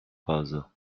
fazla